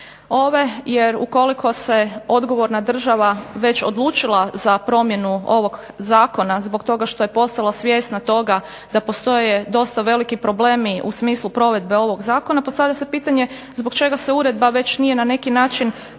uredbe, jer ukoliko se odgovorna država već odlučila za promjenu ovog zakona zbog toga što je postala svjesna toga da postoje dosta veliki problemi u smislu provedbe ovog zakona, postavlja se pitanje zbog čega se uredba već nije na neki način